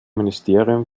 ministerium